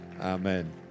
Amen